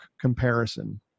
comparison